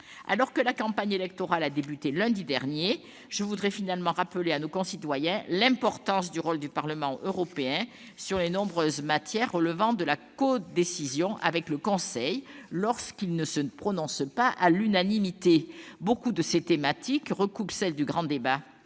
Alors que la campagne électorale a commencé lundi dernier, je voudrais également rappeler à nos concitoyens l'importance du rôle du Parlement européen sur les nombreuses matières relevant de la codécision avec le Conseil, lorsqu'il ne se prononce pas à l'unanimité. Beaucoup de ces thématiques recoupent celles du grand débat